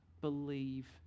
believe